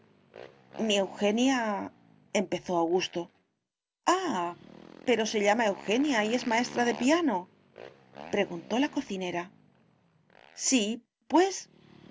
mi eugenia empezó augusto ah pero se llama eugenia y es maestra de piano preguntó la cocinera sí pues